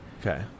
Okay